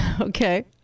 Okay